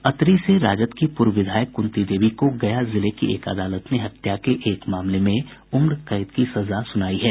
अतरी से राजद की पूर्व विधायक कुंती देवी को गया जिले की एक अदालत ने हत्या के एक मामले में उम्रकैद की सजा सुनायी है